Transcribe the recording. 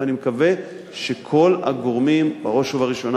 ואני מקווה שכל הגורמים בראש ובראשונה